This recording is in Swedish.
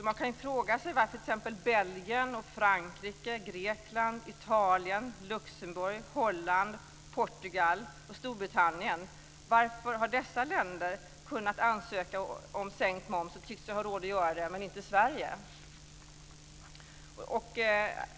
Man kan ju fråga sig varför t.ex. Belgien, Frankrike, Grekland, Italien, Luxemburg, Holland, Portugal och Storbritannien tycks ha råd att ansöka om sänkt moms men inte Sverige.